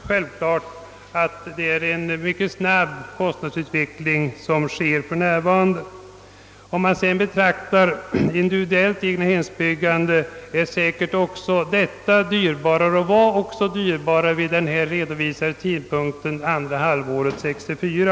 Självfallet betyder detta att en mycket snabb kostnadsutveckling för när varande sker. Det individuella egnahemsbyggandet är säkert dyrbarare och var även dyrbarare under andra halvåret 1964.